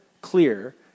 clear